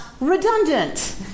redundant